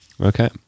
Okay